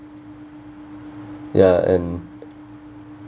ya and